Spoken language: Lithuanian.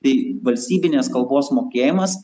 tai valstybinės kalbos mokėjimas